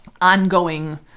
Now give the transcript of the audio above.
ongoing